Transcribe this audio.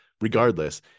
regardless